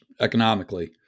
economically